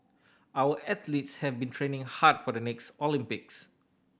our athletes have been training hard for the next Olympics